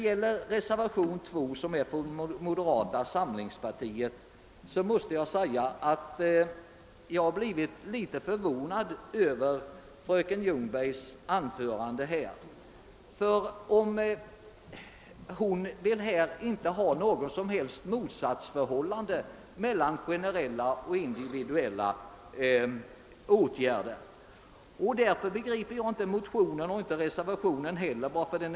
Jag måste säga att jag blev något förvånad över vad fröken Ljungberg sade i anslutning till reservationen 2. Hon ville inte se något som helst motsatsförhållande mellan generella och individuella åtgärder, och jag kan då inte förstå varför motionen och reservationen har skrivits.